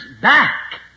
back